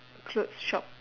clothes shop